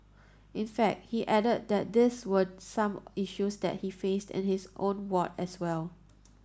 in fact he added that these were some issues that he faced in his own ward as well